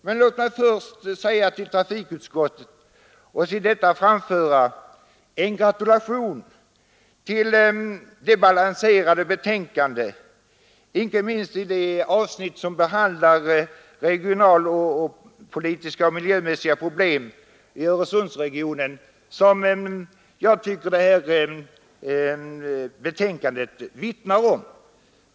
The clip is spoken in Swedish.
Men låt mig först till trafikutskottet framföra en gratulation för dess balanserade betänkande, inte minst i fråga om det avsnitt som behandlar regionalpolitiska och miljömässiga problem i Öresundsregionen.